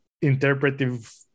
interpretive